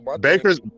Baker's